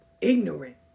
ignorant